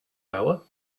hour